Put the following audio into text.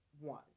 one